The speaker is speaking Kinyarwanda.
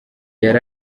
yari